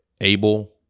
Abel